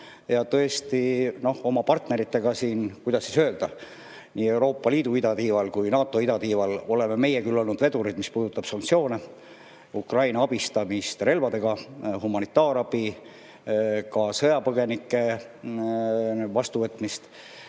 Tõesti, oma partnerite seas, kuidas öelda, nii Euroopa Liidu idatiival kui ka NATO idatiival oleme meie olnud vedurid, mis puudutab sanktsioone, Ukraina abistamist relvadega, humanitaarabi, ka sõjapõgenike vastuvõtmist.